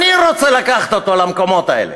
אני רוצה לקחת אותם למקומות האלה,